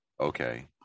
okay